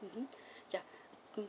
mmhmm ya mm